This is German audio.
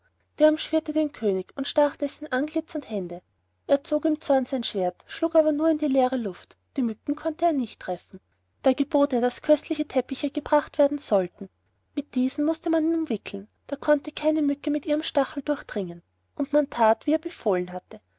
der umschwirrte den könig und stach dessen antlitz und hände er zog im zorn sein schwert schlug aber nur in die leere luft die mücken konnte er nicht treffen da gebot er daß köstliche teppiche gebracht werden sollten mit diesen mußte man ihn umwickeln da konnte keine mücke mit ihrem stachel durchdringen und man that wie er befohlen hatte